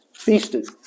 feasted